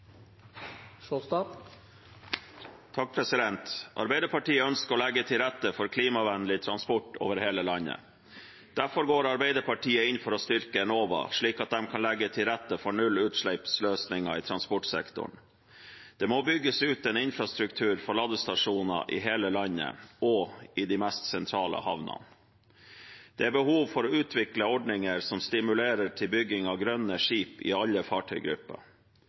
Arbeiderpartiet ønsker å legge til rette for klimavennlig transport over hele landet. Derfor går Arbeiderpartiet inn for å styrke Enova, slik at de kan legge til rette for nullutslippsløsninger i transportsektoren. Det må bygges ut en infrastruktur for ladestasjoner i hele landet og i de mest sentrale havnene. Det er behov for å utvikle ordninger som stimulerer til bygging av grønne skip i alle fartøygrupper.